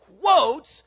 quotes